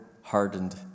hardened